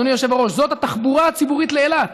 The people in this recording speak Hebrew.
אדוני היושב-ראש: זאת התחבורה הציבורית לאילת.